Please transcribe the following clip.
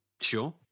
sure